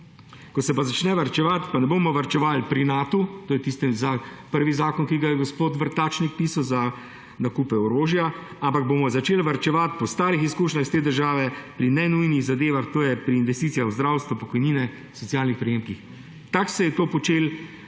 Ko se pa začne varčevati, pa ne bomo varčevali pri Natu, to je tisti prvi zakon, ki ga je gospod Vrtačnik pisal, za nakupe orožja; ampak bomo začeli varčevati po starih izkušnjah iz te države pri nenujnih zadevah, to je pri investicijah v zdravstvo, pri pokojninah, socialnih prejemkih. Tako se je to počelo,